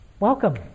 Welcome